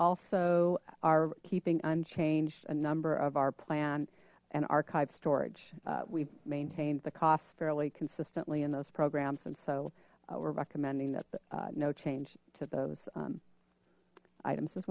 also are keeping unchanged a number of our plan and archive storage we've maintained the costs fairly consistently in those programs and so we're recommending that no change to those items as